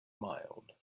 mild